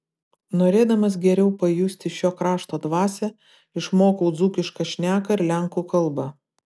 norėdamas geriau pajusti šio krašto dvasią išmokau dzūkišką šneką ir lenkų kalbą